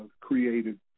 created